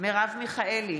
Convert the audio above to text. מרב מיכאלי